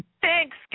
Thanks